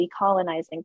decolonizing